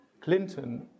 Clinton